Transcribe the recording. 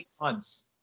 months